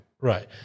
Right